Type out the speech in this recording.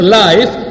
life